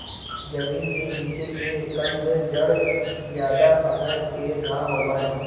जमीन के नीचे के कंद जड़ ज्यादा समय के ना होबा हई